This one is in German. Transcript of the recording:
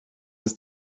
das